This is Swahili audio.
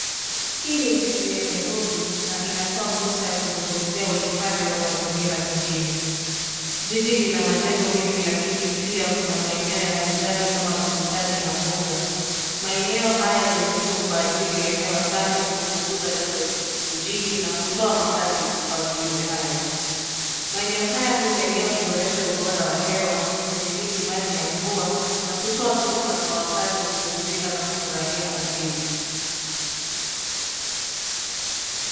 Hii ni jiji ya Nairobi na inatoa fursa ya kuzungumzia uhifadhi wa mazingira mjini. Jiji lina majengo mengi ya lakini pia kuna maeneo ya kijani kama bustani na mbuga. Maeneo haya ni muhimu kwa ajili ya hewa safi, kupunguza joto mijini na kutoa makazi kwa viumbe hai. Maeneo haya husaidia kuboresha ubora wa hewa, kudhibiti maji ya mvua na kutoa fursa kwa wakazi kupumzika na kufurahia asili.